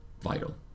vital